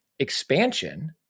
Expansion